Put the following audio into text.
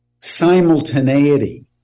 simultaneity